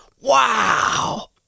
wow